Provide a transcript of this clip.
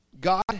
God